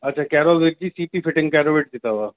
अच्छा केरोविक जी सीट जी फिटिंग केरोविट जी अथव